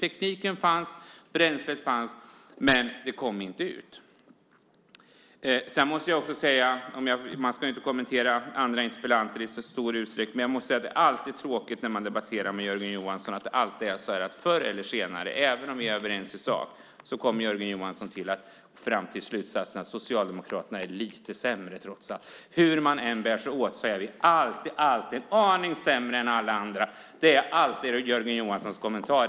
Tekniken fanns, bränslet fanns, men det kom inte ut. Man ska ju inte kommentera andra interpellanter i så stor utsträckning, men jag måste säga att det alltid är tråkigt när man debatterar med Jörgen Johansson. Förr eller senare, även om vi är överens i sak, kommer Jörgen Johansson fram till slutsatsen att Socialdemokraterna är lite sämre trots allt. Hur man än bär sig åt är vi alltid aningen sämre än alla andra. Det är alltid Jörgen Johanssons kommentar.